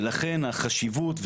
ולכן החשיבות.